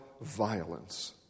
violence